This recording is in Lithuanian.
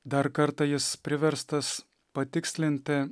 dar kartą jis priverstas patikslinti